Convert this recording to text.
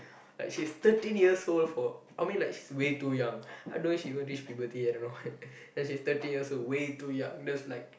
like she's thirteen years old for I mean like she's way too young I don't know she even reach puberty I don't know what that she's thirteen years old she's way too young that's like